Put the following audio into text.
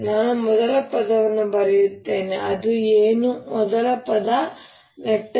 ನಾನು ಮೊದಲ ಪದವನ್ನು ಬರೆಯುತ್ತೇನೆ ಅದು ಏನು ಮೊದಲ ಪದ m